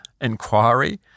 inquiry